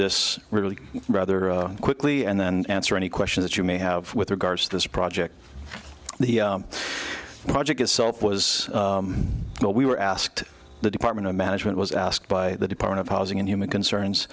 this really rather quickly and then answer any question that you may have with regards to this project the project itself was you know we were asked the department of management was asked by the department of housing and human concerns